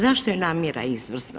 Zašto je namjera izvrsna?